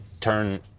turn